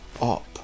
up